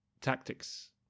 tactics